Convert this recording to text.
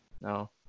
No